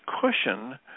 cushion